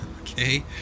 Okay